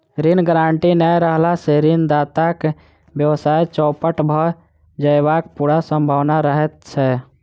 ऋण गारंटी नै रहला सॅ ऋणदाताक व्यवसाय चौपट भ जयबाक पूरा सम्भावना रहैत छै